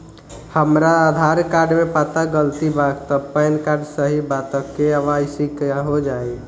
हमरा आधार कार्ड मे पता गलती बा त पैन कार्ड सही बा त के.वाइ.सी हो जायी?